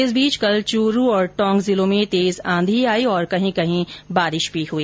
इस बीच कल चूरू और टोंक जिलों में तेज आंधी आई और कहीं कहीं बारिश भी हुई